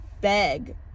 beg